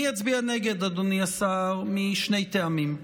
אני אצביע נגד, אדוני השר, משני טעמים: